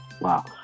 Wow